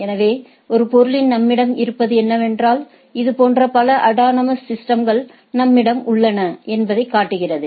எனவே ஒரு பொருளில் நம்மிடம் இருப்பது என்னவென்றால் இதுபோன்ற பல அட்டானமஸ் சிஸ்டம்கள் நம்மிடம் உள்ளன என்பதைக் காட்டுகிறது